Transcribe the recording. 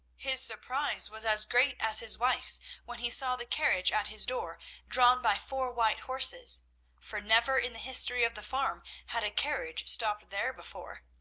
his surprise was as great as his wife's when he saw the carriage at his door drawn by four white horses for never in the history of the farm had a carriage stopped there before.